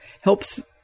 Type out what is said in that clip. helps